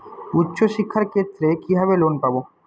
উচ্চশিক্ষার ক্ষেত্রে কিভাবে লোন পাব?